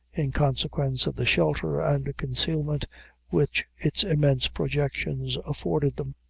in consequence of the shelter and concealment which its immense projections afforded them.